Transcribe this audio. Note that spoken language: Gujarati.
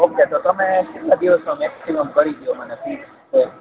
ઓકે તો તમે કેટલા દીવસમાં મેક્સિમમ કરી દો મને ફી પે